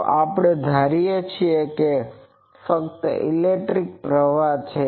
તો આપણે ધારીએ છીએ કે ત્યાં ફક્ત ઇલેક્ટ્રિક પ્રવાહ છે